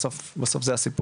בסוף זה הסיפור.